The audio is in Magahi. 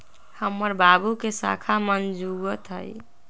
हमर बाबू के साख मजगुत हइ